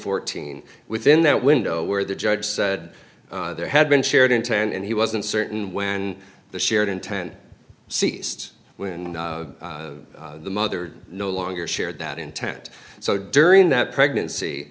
fourteen within that window where the judge said there had been shared intent and he wasn't certain when the shared in ten ceased when the mother no longer shared that intent so during that pregnancy